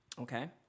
okay